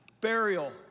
burial